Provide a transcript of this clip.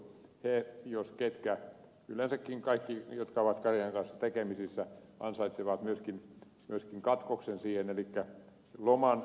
he jos ketkä ja yleensäkin kaikki jotka ovat karjan kanssa tekemisissä ansaitsevat myöskin katkoksen siihen eli loman